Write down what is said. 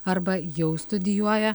arba jau studijuoja